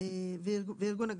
ועם ארגונים,